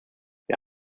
wir